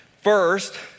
First